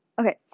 okay